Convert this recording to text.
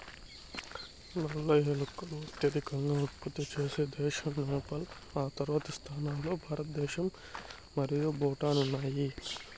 నల్ల ఏలకులు అత్యధికంగా ఉత్పత్తి చేసే దేశం నేపాల్, ఆ తర్వాతి స్థానాల్లో భారతదేశం మరియు భూటాన్ ఉన్నాయి